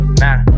nah